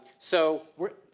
so we're,